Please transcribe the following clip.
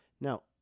Now